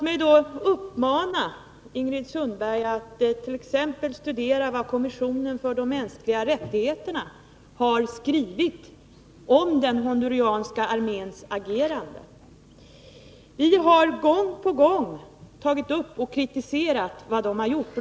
Jag uppmanar Ingrid Sundberg att studera vad t.ex. kommissionen för de mänskliga rättigheterna har skrivit om den honduranska arméns agerande. Vi har gång på gång tagit upp och kritiserat vad armén har gjort.